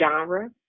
genre